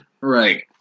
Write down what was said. Right